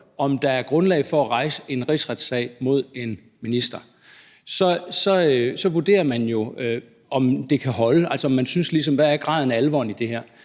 om der er grundlag for at rejse en rigsretssag mod en minister, vurderer man jo, om det kan holde, og man ser på, hvad graden af alvoren i det er.